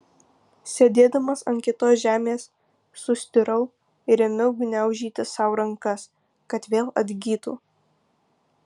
sėdėdamas ant kietos žemės sustirau ir ėmiau gniaužyti sau rankas kad vėl atgytų